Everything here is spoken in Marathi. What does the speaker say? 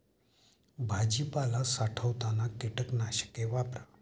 भाजीपाला साठवताना कीटकनाशके वापरा